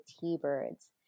T-Birds